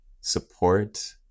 support